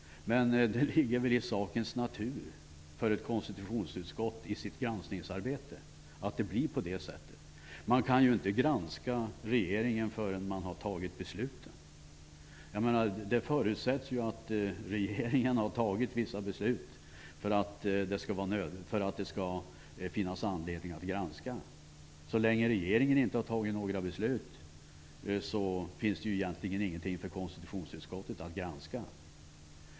Det ligger väl i sakens natur att det för ett konsitutionsutskott i ett granskningsarbete blir så. Man kan inte granska regeringen förrän beslut har fattats. Det förusätts att regeringen har fattat vissa beslut för att det skall finnas anledning att granska. Så länge som regeringen inte har fattat några beslut finns det egentligen ingenting för konstitutionsutskottet att granska.